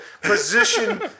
position